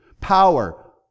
power